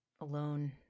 alone